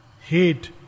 Hate